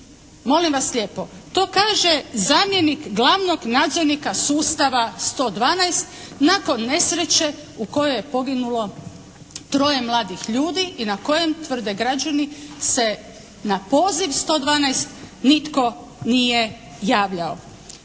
Molim vas lijepo. To kaže zamjenik glavnog nadzornika sustava 112 nakon nesreće u kojoj je poginulo troje mladih ljudi i na kojem tvrde građani se na poziv 112 nitko nije javljao.